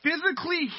physically